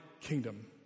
kingdom